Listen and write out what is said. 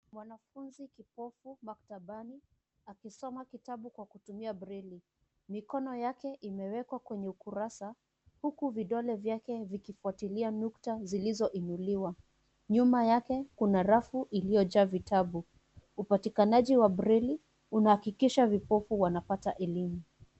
Mwanafunzi kipofu maktabani akisoma kitabu kwa kutumia breli, mikono yake ume wekwa kwenye ukurasa huku vidole vyake vikifwatilia nkuta zilizo inuliwa, nyuma yake kuna rafu ilio jaa vitabu. Upatakinaji wa breli una hakikisha vipofu wana pata elimu.